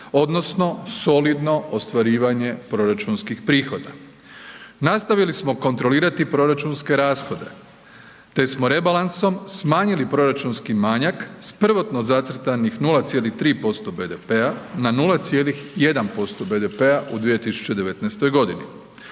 odnosno solidno ostvarivanje proračunskih prihoda. Nastavili smo kontrolirati proračunske rashode, te smo rebalansom smanjili proračunski manjak s prvotno zacrtanih 0,3% BDP-a na 0,1% BDP-a u 2019. godini.